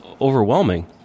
overwhelming